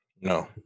No